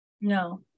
No